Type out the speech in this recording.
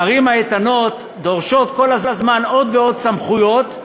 הערים האיתנות דורשות כל הזמן עוד ועוד סמכויות,